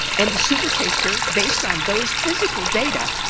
and the supertaster, based on those physical data,